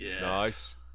Nice